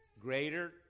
greater